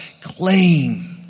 claim